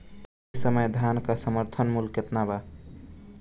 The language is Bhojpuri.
एह समय धान क समर्थन मूल्य केतना बा?